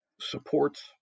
supports